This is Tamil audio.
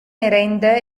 நிறைந்த